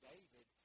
David